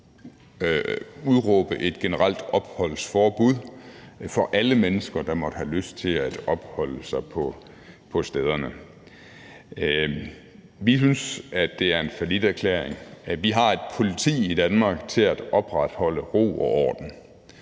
indføre et generelt opholdsforbud for alle mennesker, der måtte have lyst til at opholde sig på stederne. Vi synes, at det er en falliterklæring. Vi har et politi i Danmark til at opretholde ro og orden.